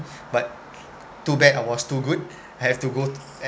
but too bad I was too good have to go to